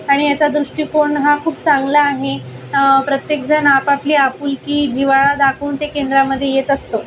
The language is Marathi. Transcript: आणि याचा दृष्टीकोण हा खूप चांगला आहे प्रत्येकजण आपापली आपुलकी जिव्हाळा दाखवून ते केंद्रामध्ये येत असतो